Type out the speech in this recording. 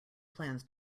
plans